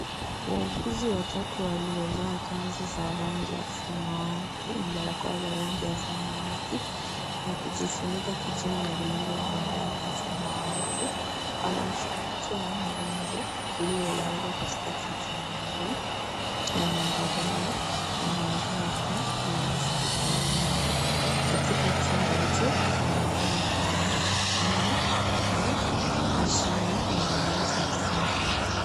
Wauguzi watatu waliovaa kanzu za rangi ya samawati na barakoa za rangi ya samawati na kujifunika kichwani na vilemba vya rangi ya samawati wanamshughulikia mgonjwa aliyelazwa katika kiti maalum na mandhari haya yanaonekana kuwa ni ya hospitalini . Katika chumba hicho kunaonekana kuwa na skrini na mashine mbalimbali za kisasa.